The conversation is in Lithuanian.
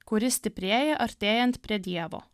kuri stiprėja artėjant prie dievo